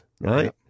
Right